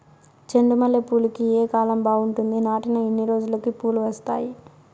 చెండు మల్లె పూలుకి ఏ కాలం బావుంటుంది? నాటిన ఎన్ని రోజులకు పూలు వస్తాయి?